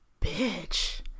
Bitch